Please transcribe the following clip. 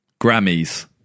Grammys